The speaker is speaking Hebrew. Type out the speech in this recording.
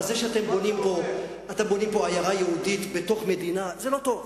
אבל זה שאתם בונים פה עיירה יהודית בתוך מדינה זה לא טוב.